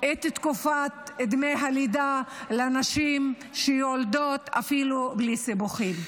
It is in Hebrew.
דמי הלידה אפילו לנשים שיולדות בלי סיבוכים.